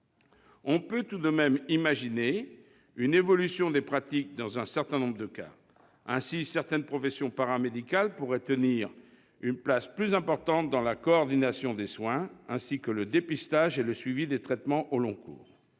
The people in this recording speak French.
On peut tout de même imaginer une évolution des pratiques dans un certain nombre de cas. Ainsi, certaines professions paramédicales pourraient tenir une place plus importante dans la coordination des soins, ainsi que le dépistage et le suivi de traitements au long cours.